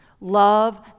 Love